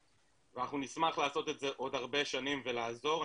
ואנחנו נשמח לעשות את זה עוד הרבה שנים ולעזור.